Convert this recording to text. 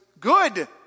good